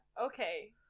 okay